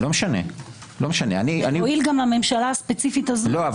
--------- לא שר המשפטים --- חבר הכנסת משה טור פז,